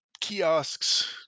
kiosks